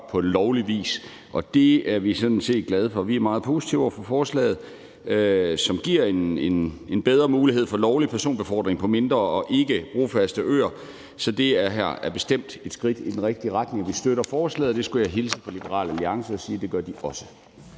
på lovlig vis, og det er vi sådan set glade for. Vi er meget positive over for forslaget, som giver en bedre mulighed for lovlig personbefordring på mindre og ikke brofaste øer, så det her er bestemt et skridt i den rigtige retning. Vi støtter forslaget, og jeg skulle hilse fra Liberal Alliance og sige, at det gør de også.